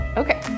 okay